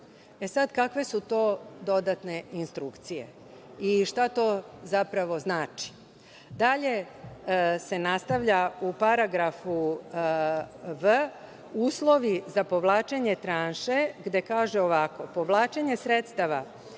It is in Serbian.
Kakve su to dodatne instrukcije? Šta to zapravo znači? Dalje se nastavlja u Paragrafu V, uslovi za povlačenje tranše, gde kaže – povlačenje sredstava